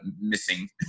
missing